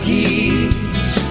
Keys